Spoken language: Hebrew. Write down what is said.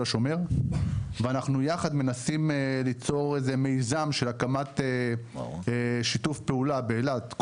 השומר ואנחנו יחד מנסים ליצור איזה מיזם של הקמת שיתוף פעולה באילת,